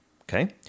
Okay